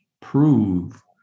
prove